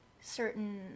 certain